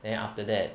then after that